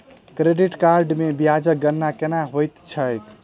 credit card मे ब्याजक गणना केना होइत छैक